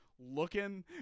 looking